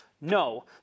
No